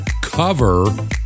cover